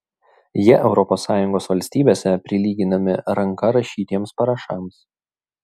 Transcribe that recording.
jie europos sąjungos valstybėse prilyginami ranka rašytiems parašams